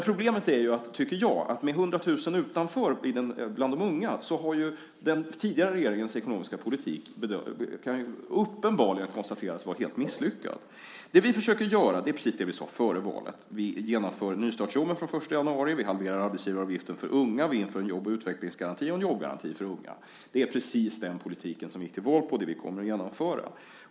Problemet är att med 100 000 utanför bland de unga har den tidigare regeringens ekonomiska politik uppenbarligen helt misslyckats. Det vi försöker göra är precis det vi sade före valet: Vi genomför nystartsjobben från den 1 januari. Vi halverar arbetsgivaravgiften för unga. Vi inför en jobb och utvecklingsgaranti och en jobbgaranti för unga. Det är precis den politik som vi gick till val på och som vi kommer att genomföra.